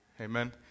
Amen